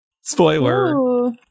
Spoiler